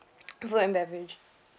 food and beverage